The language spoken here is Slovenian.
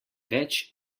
več